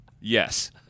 Yes